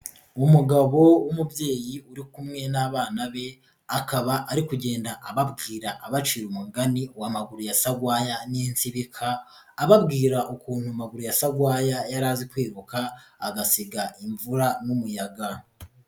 Umugabo w'umubyeyi uri kumwe n'abana be, akaba ari kugenda ababwira abaciye umugani wa Maguru ya Sagwaya n'insibika, ababwira ukuntu Maguru ya Sagwaya yari azi kwiruka agasiga imvura n'umuyaga.